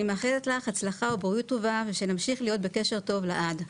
אני מאחלת לך הצלחה ובריאות טובה ושנמשיך להיות בקשר טוב לעד.